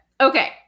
Okay